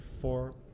four